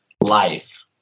life